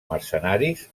mercenaris